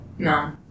No